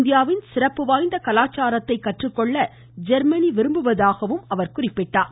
இந்தியாவின் சிறப்பு வாய்ந்த கலாச்சாரத்தை கற்றுக்கொள்ள ஜெர்மனி விரும்புவதாக அவர் தெரிவித்தார்